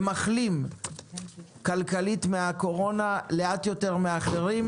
ומחלים כלכלית מן הקורונה לאט יותר מאחרים,